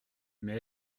mais